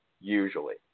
usually